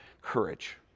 Courage